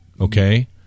okay